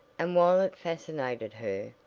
and while it fascinated her,